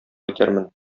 итәрмен